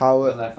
howard